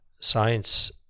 Science